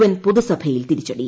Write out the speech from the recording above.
N പൊതുസഭയിൽ തിരിച്ചടി